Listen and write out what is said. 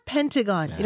Pentagon